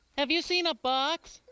have you seen a box?